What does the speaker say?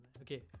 Okay